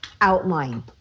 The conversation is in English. outline